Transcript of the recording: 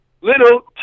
little